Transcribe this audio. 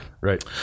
right